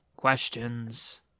questions